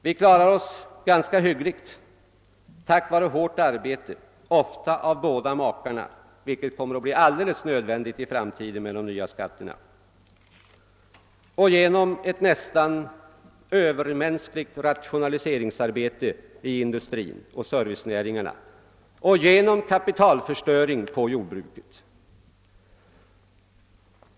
Det går som sagt ganska hyggligt tack vare hårt arbete, ofta av båda makarna i en familj, vilket kommer att bli alldeles nödvändigt i framtiden med de nya skatterna och genom ett nästan övermänskligt rationaliseringsarbete i industrin och servicenäringarna och genom kapitalförstöring inom jordbruket.